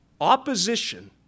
Opposition